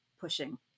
pushing